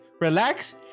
relax